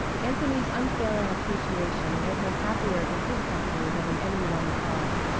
anthony's unfailing appreciation made her happier in his company than in any one's else.